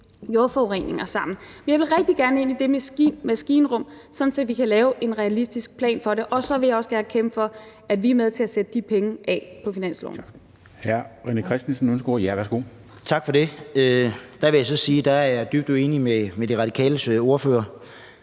jordforureninger til? Jeg vil rigtig gerne ind i det maskinrum, så vi kan lave en realistisk plan for det, og så vil jeg også gerne kæmpe for, at vi er med til at sætte de penge af på finansloven. Kl. 11:19 Formanden (Henrik Dam Kristensen): Hr. René Christensen ønsker ordet.